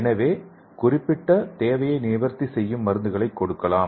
எனவே குறிப்பிட்ட தேவையை நிவர்த்தி செய்ய மருந்துகளை கொடுக்கலாம்